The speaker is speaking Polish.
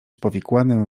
powikłanym